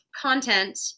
content